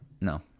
no